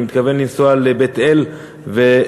אני מתכוון לנסוע לבית-אל ולפסגות,